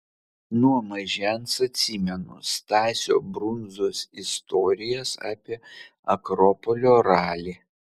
nuo mažens atsimenu stasio brundzos istorijas apie akropolio ralį